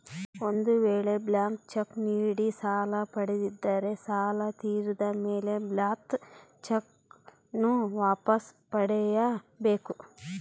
ಒಂದು ವೇಳೆ blank cheque ನೀಡಿ ಸಾಲ ಪಡೆದಿದ್ದರೆ ಸಾಲ ತೀರಿದ ಮೇಲೆ ಬ್ಲಾಂತ್ ಚೆಕ್ ನ್ನು ವಾಪಸ್ ಪಡೆಯ ಬೇಕು